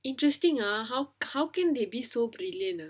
interesting ah how co~ how can they be so brillant ah